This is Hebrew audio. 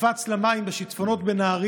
מוטי בן שבת קפץ למים כשהיו שיטפונות בנהריה,